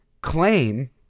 claim